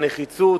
הנחיצות,